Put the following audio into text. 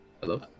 Hello